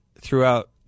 throughout